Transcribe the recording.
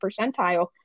percentile